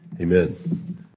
Amen